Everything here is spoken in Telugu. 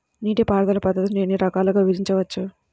నీటిపారుదల పద్ధతులను ఎన్ని రకాలుగా విభజించవచ్చు?